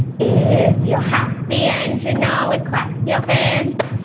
if you're happy and you know it clap your hand.